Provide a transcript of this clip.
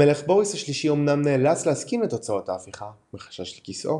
המלך בוריס השלישי אמנם נאלץ להסכים לתוצאות ההפיכה מחשש לכיסאו,